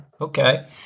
okay